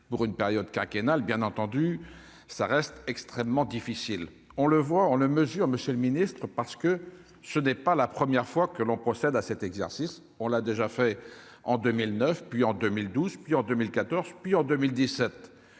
pour une période quinquennale, bien entendu, ça reste extrêmement difficile, on le voit, on le mesure Monsieur le Ministre, parce que ce n'est pas la première fois que l'on procède à cet exercice, on l'a déjà fait en 2009 puis en 2012 puis en 2014 puis en 2017